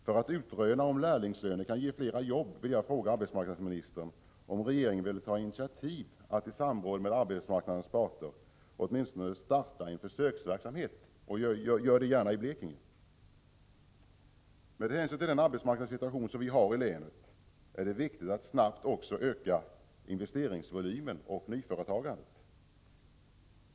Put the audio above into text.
För att utröna om lärlingslöner kan ge flera jobb vill jag fråga arbetsmarknadsministern om regeringen vill ta initiativ till att i samråd med arbetsmarknadens parter åtminstone starta en försöksverksamhet — gärna i Blekinge. Med hänsyn till den arbetsmarknadssituation som vi har i länet är det viktigt att snabbt också öka investeringsvolymen och nyföretagandet.